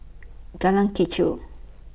Jalan Kechil